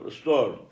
storm